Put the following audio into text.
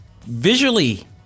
visually